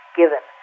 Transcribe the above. given